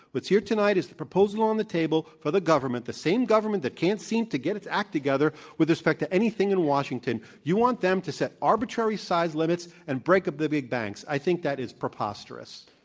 what's here tonight is a proposal on the table for the government, the same government that can't seem to get its act together with respect to anything in washington. you want them to set arbitrary size limits and break up the big banks. i think that is preposterous.